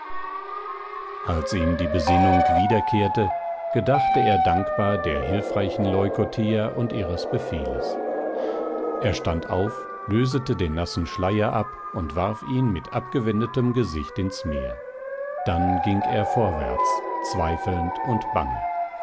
als ihm die besinnung wiederkehrte gedachte er dankbar der hilfreichen leukothea und ihres befehles er stand auf lösete den nassen schleier ab und warf ihn mit abgewendetem gesicht ins meer dann ging er vorwärts zweifelnd und bange